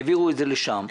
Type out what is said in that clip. העבירו את זה לשם,